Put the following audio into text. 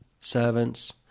servants